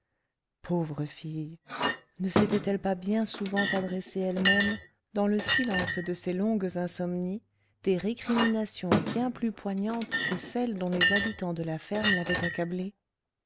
pauvre fille ne s'était-elle pas bien souvent adressé elle-même dans le silence de ses longues insomnies des récriminations bien plus poignantes que celles dont les habitants de la ferme l'avaient accablée